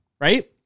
right